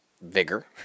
vigor